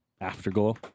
Afterglow